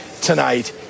tonight